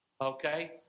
Okay